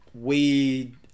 weed